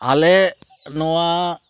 ᱟᱞᱮ ᱱᱚᱶᱟ